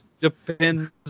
Depends